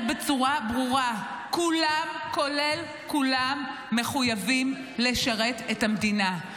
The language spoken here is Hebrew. בצורה ברורה: כולם כולל כולם מחויבים לשרת את המדינה.